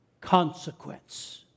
Consequence